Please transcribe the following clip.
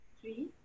three